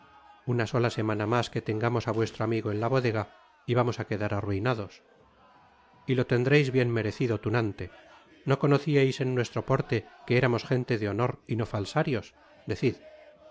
una sola semana mas que tengamos á vuestro amigo en la bodega y vamos á quedar arruinados y lo tendreis bien merecido tunante no conocíais en nuestro porte que éramos gente de honor y no falsarios decid